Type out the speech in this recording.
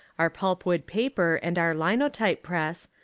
our pulp wood paper, and our linotype press,